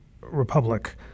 Republic